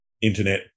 internet